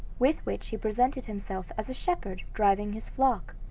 with which he presented himself as a shepherd driving his flock.